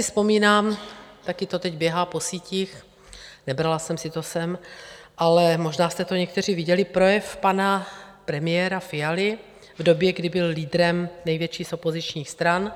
Vzpomínám si, taky to teď běhá po sítích, nebrala jsem si to sem, ale možná jste to někteří viděli, projev pana premiéra Fialy v době, kdy byl lídrem největší z opozičních stran.